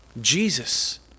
Jesus